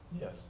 Yes